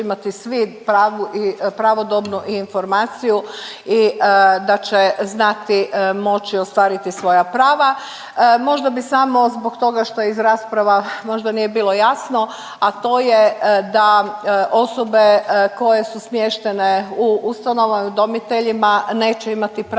da će imati svi pravodobnu i informaciju i da će znati moći ostvariti svoja prava. Možda bih samo zbog toga što iz rasprava možda nije bilo jasno, a to je da osobe koje su smještene u ustanovama udomiteljima neće imati pravo na